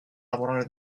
lavorare